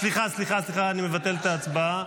סליחה, סליחה, אני מבטל את ההצבעה.